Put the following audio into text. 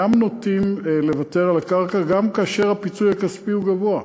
אינם נוטים לוותר על הקרקע גם כאשר הפיצוי הכספי הוא גבוה,